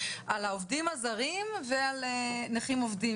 על העובדים הזרים ועל נכים עובדים.